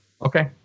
Okay